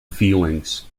feelings